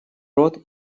рот